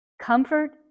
Comfort